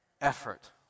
effort